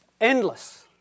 Endless